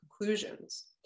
conclusions